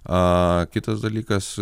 a kitas dalykas